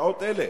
בשעות אלה,